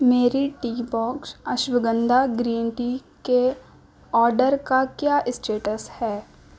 میری tea box ashwagandha green tea کے order کا کیا اسٹیٹس ہے